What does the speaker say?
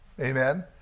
amen